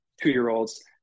two-year-olds